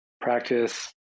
practice